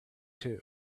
too